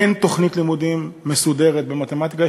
אין תוכנית לימודים מסודרת במתמטיקה.